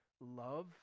love